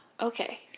okay